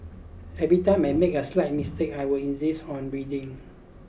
every time I made a slight mistake I would insist on redoing